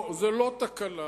זו לא תקלה,